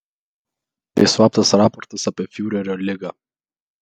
tai slaptas raportas apie fiurerio ligą